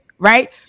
right